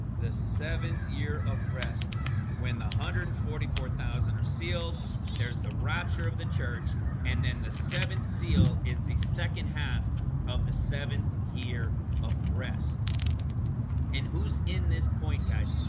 the seventh year of rest when the hundred and forty four thousand are sealed there's the rapture of the church and then the seventh seal is the second half of the seventh year of rest and who's in this point guys?